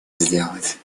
сделать